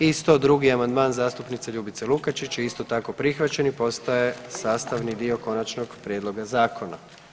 I 102. amandman zastupnice Ljubice Lukačić je isto tako prihvaćen i postaje sastavni dio konačnog prijedloga zakona.